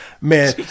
Man